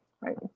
right